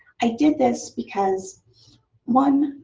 i did this because one,